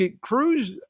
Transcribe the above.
Cruz